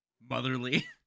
motherly